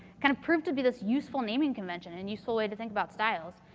kind of proved to be this useful naming convention and useful way to think about styles.